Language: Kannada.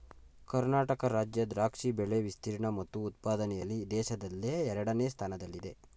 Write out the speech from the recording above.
ಕರ್ನಾಟಕ ರಾಜ್ಯ ದ್ರಾಕ್ಷಿ ಬೆಳೆ ವಿಸ್ತೀರ್ಣ ಮತ್ತು ಉತ್ಪಾದನೆಯಲ್ಲಿ ದೇಶದಲ್ಲೇ ಎರಡನೇ ಸ್ಥಾನದಲ್ಲಿದೆ